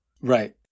Right